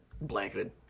blanketed